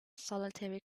solitary